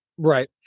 Right